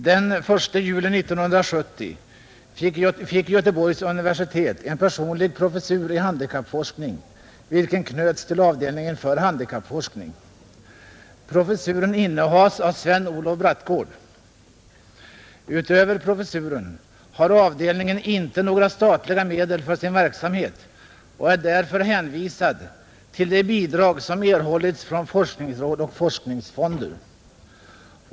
Den 1 juli 1970 fick Göteborgs universitet en personlig professur i handikappforskning, vilken knöts till avdelningen för handikappforskning. Professuren innehas av Sven-Olof Brattgård. Utöver professuren har avdelningen inte några statliga medel för sin verksamhet och är därför hänvisad till de bidrag som erhållits från forskningsråd och forskningsfonder.